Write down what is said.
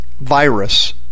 virus